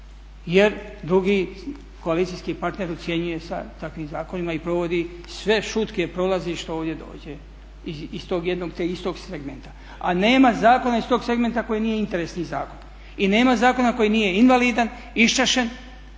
jer drugi koalicijski partner ucjenjuje sa takvim zakonima i provodi. Sve šutke prolazi što ovdje dođe iz tog jedno te istog segmenta. A nema zakona iz tog segmenta koji nije interesni zakon i nema zakona koji nije invalidan, iščašen